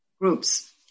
groups